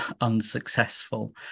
unsuccessful